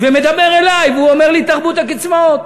ומדבר אלי, והוא אומר לי: תרבות הקצבאות.